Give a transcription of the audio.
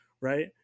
Right